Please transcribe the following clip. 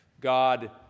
God